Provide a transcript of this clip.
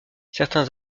certains